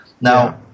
Now